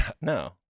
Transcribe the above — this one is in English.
no